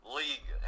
league